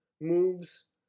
moves